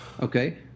Okay